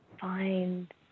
find